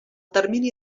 termini